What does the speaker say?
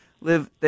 live